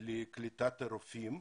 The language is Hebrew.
בקליטת הרופאים.